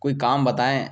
کوئی کام بتائیں